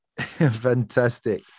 fantastic